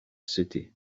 city